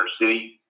city